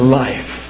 life